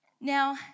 Now